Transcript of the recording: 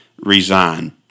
resign